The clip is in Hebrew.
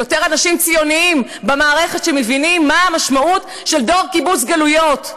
ויותר אנשים ציונים במערכת שמבינים מה המשמעות של דור קיבוץ גלויות,